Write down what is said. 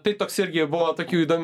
tai toks irgi buvo tokių įdom